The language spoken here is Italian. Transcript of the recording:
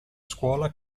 scuola